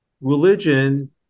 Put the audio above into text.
religion